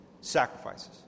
sacrifices